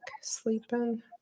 sleeping